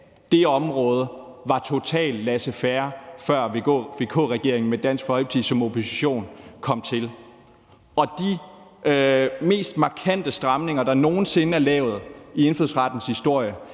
det område var totalt laissez faire, før VK-regeringen med Dansk Folkeparti som opposition kom til. De mest markante stramninger, der er nogen sinde er lavet i indfødsrettens historie,